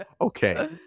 Okay